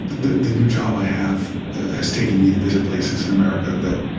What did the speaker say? the the new job i have has taken me to visit places in america that